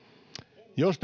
jos